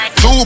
Two